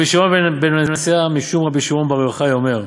"רבי שמעון בן יהודה משום רבי שמעון בן יוחאי אומר,